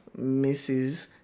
Mrs